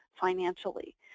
financially